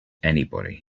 anybody